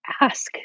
ask